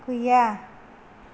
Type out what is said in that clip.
गैया